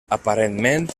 aparentment